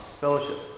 fellowship